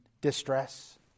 distress